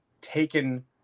taken